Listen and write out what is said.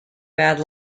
bad